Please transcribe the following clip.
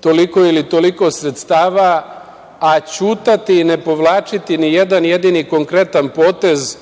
toliko ili toliko sredstava, a ćutati i ne povlačiti nijedan jedini konkretan potez